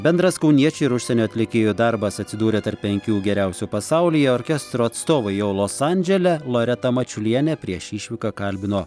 bendras kauniečių ir užsienio atlikėjų darbas atsidūrė tarp penkių geriausių pasaulyje orkestro atstovai jau los andžele loreta mačiulienė prieš išvyką kalbino